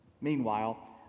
Meanwhile